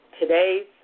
today's